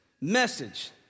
message